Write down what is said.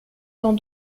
dans